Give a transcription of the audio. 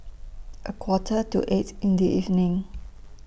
A Quarter to eight in The evening